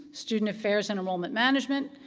student affairs and enrollment management,